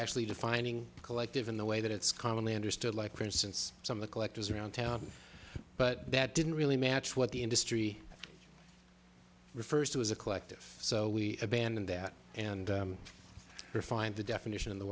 actually defining collective in the way that it's commonly understood like for instance some the collectors around town but that didn't really match what the industry refers to as a collective so we abandoned that and refined the definition of the